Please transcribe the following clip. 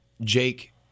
Jake